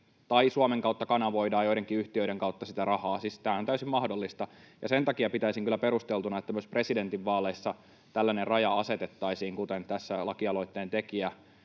tai Suomen kautta kanavoidaan joidenkin yhtiöiden kautta sitä rahaa. Siis tämä on täysin mahdollista, ja sen takia pitäisin kyllä perusteltuna, että myös presidentinvaaleissa tällainen raja asetettaisiin, kuten tässä lakialoitteen tekijä,